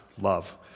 love